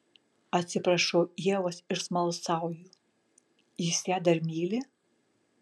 atsiprašau ievos ir smalsauju jis ją dar myli